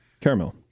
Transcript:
Caramel